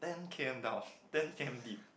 ten K_M down ten K_M deep